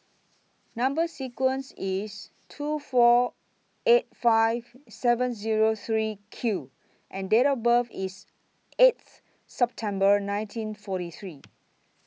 Number sequence IS two four eight five seven Zero three Q and Date of birth IS eighth September nineteen forty three